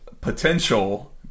potential